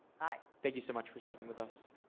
hi. thank you so much for speaking with us.